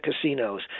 casinos